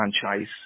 franchise